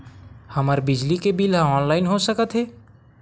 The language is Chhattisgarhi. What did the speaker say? हमर बिजली के बिल ह ऑनलाइन हो सकत हे?